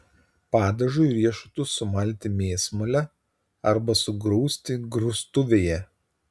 padažui riešutus sumalti mėsmale arba sugrūsti grūstuvėje